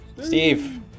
Steve